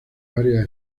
varias